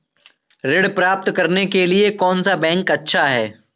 ऋण प्राप्त करने के लिए कौन सा बैंक अच्छा है?